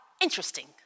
interesting